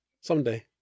Someday